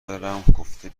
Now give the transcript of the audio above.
دارمگفته